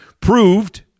proved